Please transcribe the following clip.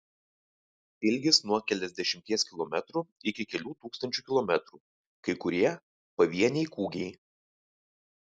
ilgis nuo keliasdešimties kilometrų iki kelių tūkstančių kilometrų kai kurie pavieniai kūgiai